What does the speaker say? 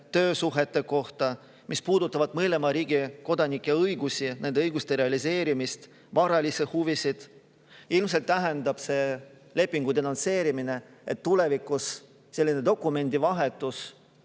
töösuhete kohta, mis puudutavad mõlema riigi kodanike õigusi, nende õiguste realiseerimist ja varalisi huvisid. Ilmselt tähendab see lepingu denonsseerimine, et tulevikus selline dokumendivahetus,